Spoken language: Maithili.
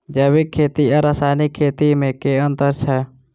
जैविक खेती आ रासायनिक खेती मे केँ अंतर छै?